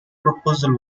proposal